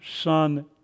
son